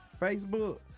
Facebook